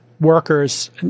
workers